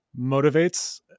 motivates